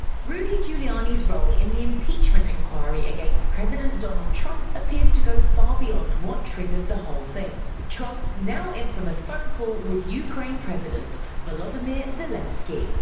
rudy giuliani's role in the impeachment inquiry against president donald trump appears to go far beyond what triggered the whole thing trump's now-infamous phone call with ukraine president volodymyr zelensky.